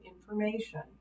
information